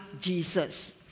Jesus